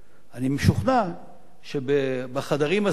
אני משוכנע שבחדרים הסגורים